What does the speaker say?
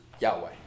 Yahweh